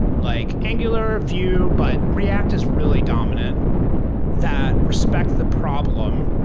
like angular, vue, but react is really dominant that respects the problem.